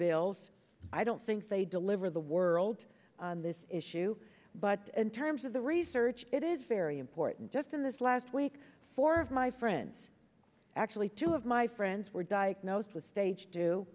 bills i don't think they deliver the world on this issue but in terms of the research it is very important just in this last week for my friends actually two of my friends were diagnosed with stage d